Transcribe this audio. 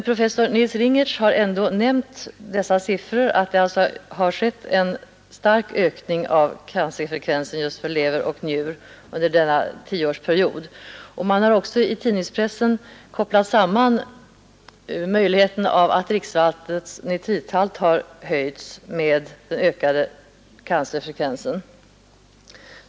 Professor Nils Ringertz har ändå nämnt dessa siffror och konstaterat att det skett en stark ökning av cancerfrekvensen under tioårsperioden 1959—1968. Möjligheten av att dricksvattnets nitrathalt höjts har i tidningspressen också kopplats samman med den ökade cancerfrekvensen.